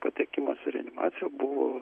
patekimas į reanimaciją buvo